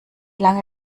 lange